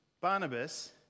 Barnabas